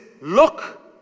look